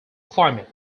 climate